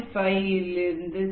5 7